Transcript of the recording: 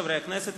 חברי הכנסת,